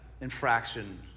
infraction